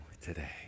today